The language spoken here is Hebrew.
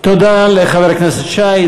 תודה לחבר הכנסת שי.